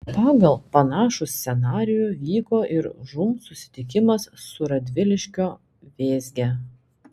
pagal panašų scenarijų vyko ir žūm susitikimas su radviliškio vėzge